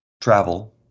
travel